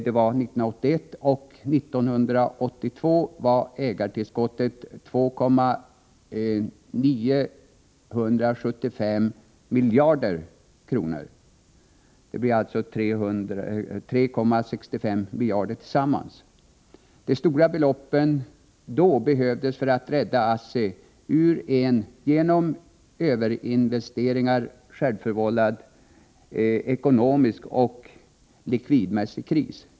Det var 1981, och 1982 var ägartillskottet 2,975 miljarder kronor. Det blir alltså 3,35 miljarder tillsammans. De stora beloppen behövdes för att rädda ASSI ur en genom överinvesteringar självförvållad ekonomisk och likvidmässig kris.